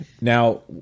Now